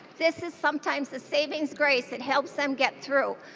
this is sometimes the savings grace that helps them get through.